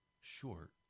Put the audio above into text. short